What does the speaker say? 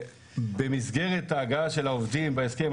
במסגרת ההגעה של העובדים בהסכם,